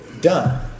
Done